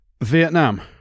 Vietnam